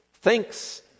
thinks